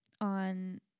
on